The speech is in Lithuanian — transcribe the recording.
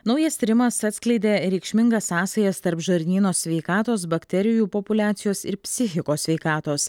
naujas tyrimas atskleidė reikšmingas sąsajas tarp žarnyno sveikatos bakterijų populiacijos ir psichikos sveikatos